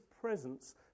presence